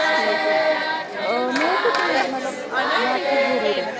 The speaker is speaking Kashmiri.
ٹھیٖک حظ چھُ آ مےٚ حظ چھُ تُہٕنٛز مطلب مدتھٕچ ضروٗرَت